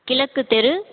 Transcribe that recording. கிழக்குத்தெரு